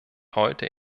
heute